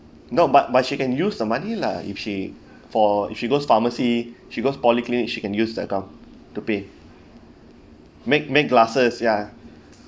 no but but she can use the money lah if she for if she goes pharmacy she goes polyclinic she can use the account to pay make make glasses ya